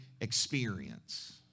experience